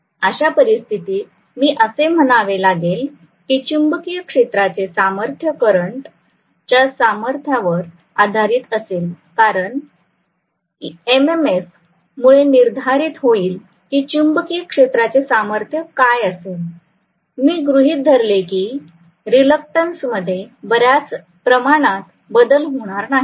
अशा परिस्थितीत मी असे म्हणावे लागेल की चुंबकीय क्षेत्राचे सामर्थ्य करंटच्या सामर्थ्यावर आधारित असेल कारण एम एम फ मुळे निर्धारीत होईल की चुंबकीय क्षेत्राचे सामर्थ्य काय असेल मी गृहीत धरले की रिलक्टंस मध्ये बऱ्याच प्रमाणात बदल होणार नाहीत